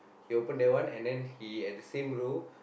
he open that one and then he at the same row